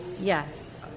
Yes